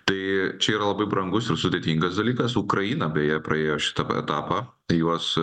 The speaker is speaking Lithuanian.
tai čia yra labai brangus ir sudėtingas dalykas ukraina beje praėjo šitą etapą tai juos